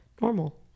normal